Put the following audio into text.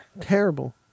Terrible